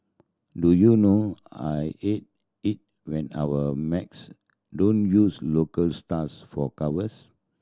do you know I hate it when our mags don't use local stars for covers